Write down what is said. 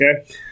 Okay